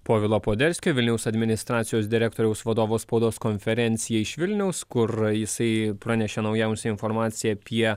povilo poderskio vilniaus administracijos direktoriaus vadovo spaudos konferencija iš vilniaus kur jisai pranešė naujausią informaciją apie